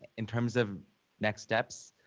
in terms of next steps.